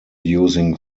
using